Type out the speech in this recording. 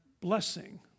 blessing